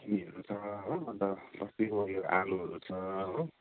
सिमीहरू छ हो अन्त बस्तीको आलुहरू छ हो